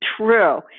true